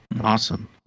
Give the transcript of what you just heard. awesome